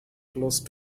close